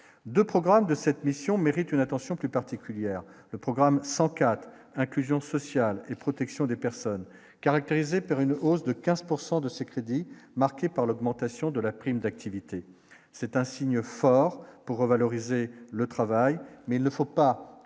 de programmes de cette mission, méritent une attention plus particulière, le programme s'cas d'inclusion sociale et protection des personnes, caractérisé par une hausse de 15 pourcent de ses crédits marquée par l'augmentation de la prime d'activité, c'est un signe fort pour revaloriser le travail, mais il ne faut pas